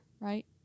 right